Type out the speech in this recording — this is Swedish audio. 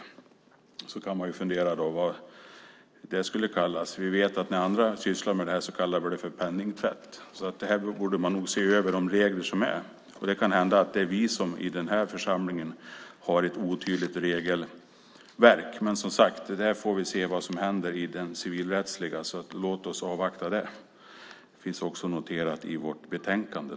Man kan fundera på vad det skulle kunna kallas. Vi vet att när andra sysslar med det kallar vi det för penningtvätt. Här borde man nog se över de regler som gäller. Det kan hända att det är vi i den här församlingen som har ett otydligt regelverk. Men vi får som sagt se vad som händer i den civilrättsliga prövningen. Låt oss avvakta det. Det finns också noterat i vårt betänkande.